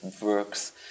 works